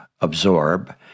absorb